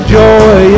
joy